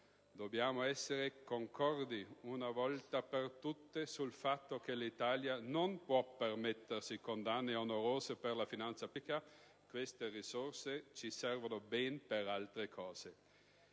Dobbiamo essere concordi una volta per tutte sul fatto che l'Italia non può permettersi condanne onerose per la finanza pubblica. Queste risorse ci servono per ben per altre cose!